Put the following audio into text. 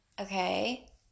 Okay